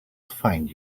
find